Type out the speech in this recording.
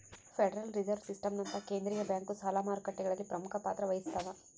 federal reserve ಸಿಸ್ಟಮ್ನಂತಹ ಕೇಂದ್ರೀಯ bank ಸಾಲ ಮಾರುಕಟ್ಟೆಗಳಲ್ಲಿ ಪ್ರಮುಖ ಪಾತ್ರ ವಹಿಸ್ತವ